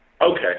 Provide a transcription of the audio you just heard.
Okay